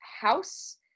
house